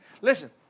listen